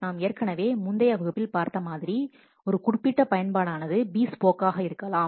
நாம் ஏற்கனவே முந்தைய வகுப்பில் பார்த்த மாதிரி ஒரு குறிப்பிட்ட பயன்பாடானது பீஸ்போக்காக இருக்கலாம்